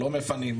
לא מפנים,